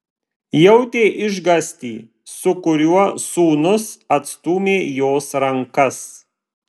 jautė išgąstį su kuriuo sūnus atstūmė jos rankas